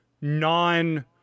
non